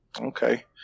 Okay